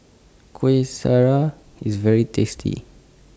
Kueh Syara IS very tasty